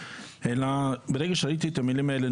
אלא ברגע שראיתי את המילים האלה,